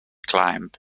climb